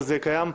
וזה קיים כל שנה.